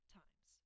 times